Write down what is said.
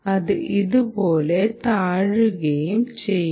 അത് ഇതുപോലെ താഴുകയും ചെയ്യും